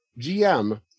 GM